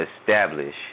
establish